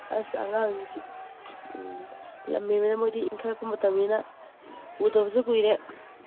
ꯑꯁ ꯑꯉꯥꯡꯁꯤꯗꯤ ꯎꯝ ꯂꯝ ꯍꯦꯟꯕꯅ ꯃꯣꯏꯗꯤ ꯏꯪꯈꯠꯂꯛꯄ ꯃꯇꯝꯅꯤꯅ ꯎꯗꯕꯁꯨ ꯀꯨꯏꯔꯦ